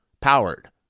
powered